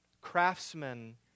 craftsmen